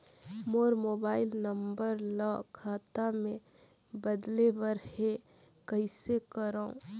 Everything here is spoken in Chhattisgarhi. मोर मोबाइल नंबर ल खाता मे बदले बर हे कइसे करव?